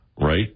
right